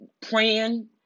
praying